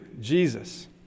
Jesus